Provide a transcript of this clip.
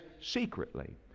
secretly